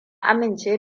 amince